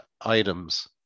items